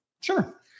Sure